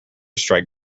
strike